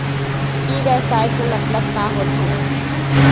ई व्यवसाय के मतलब का होथे?